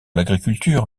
l’agriculture